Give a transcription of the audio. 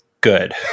good